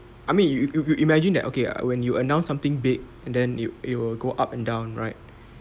I mean you you you imagine that okay uh when you announced something big and then it it will go up and down right